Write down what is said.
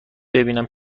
ببینم